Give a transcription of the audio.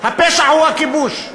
הפשע הוא הכיבוש.